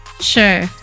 Sure